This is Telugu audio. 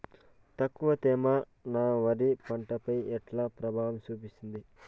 తక్కువ తేమ నా వరి పంట పై ఎట్లా ప్రభావం చూపిస్తుంది?